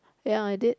ya I did